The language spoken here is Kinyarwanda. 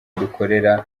dukorera